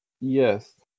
Yes